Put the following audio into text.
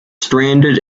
stranded